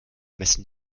messen